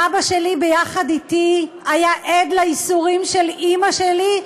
ואבא שלי ביחד אתי היה עד לייסורים של אימא שלי,